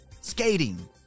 skating